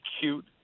cute